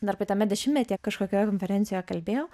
dar praeitame dešimtmetyje kažkokioj konferencijoje kalbėjau